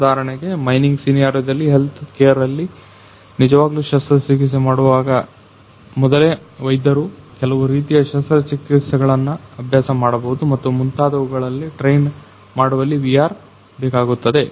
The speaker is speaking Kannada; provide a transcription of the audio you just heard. ಉಧಾಹರಣೆಗೆ ಮೈನಿಂಗ್ ಸಿನಾರಿಯೋದಲ್ಲಿ ಹೆಲ್ತ್ ಕೇರ್ ಇಲ್ಲಿ ನಿಜವಾಗ್ಲು ಶಸ್ತ್ರ ಚಿಕೆತ್ಸೆ ಮಾಡುವ ಮೊದಲೇ ವೈದ್ಯರು ಕೆಲವು ರೀತಿಯ ಶಸ್ತ್ರ ಚಿಕಿತ್ಸೆಗಳನ್ನ ಅಭ್ಯಾಸ ಮಾಡಬಹುದು ಮತ್ತು ಮುಂತಾದವುಗಳಲ್ಲಿ ಟ್ರೇನ್ ಮಾಡುವಲ್ಲಿ ವಿಆರ್ ಬೇಕಾಗುತ್ತದೆ